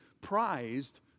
prized